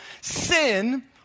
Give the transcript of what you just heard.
sin